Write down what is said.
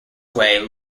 way